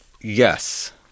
yes